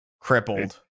crippled